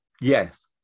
Yes